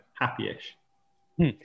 happy-ish